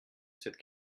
cette